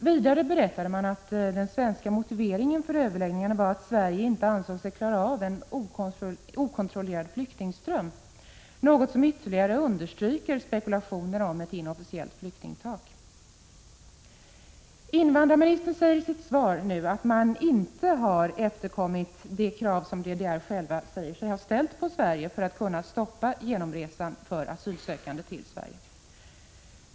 Vidare berättade man att den svenska motiveringen för överläggningarna var att Sverige inte ansåg sig klara av en okontrollerad flyktingström, något som ytterligare understryker spekulationerna om ett inofficiellt flyktingtak. Invandrarminstern säger i sitt svar att man inte har efterkommit de krav som man från DDR:s sida säger sig ha ställt på Sverige för att kunna stoppa genomresan för asylsökande till Sverige.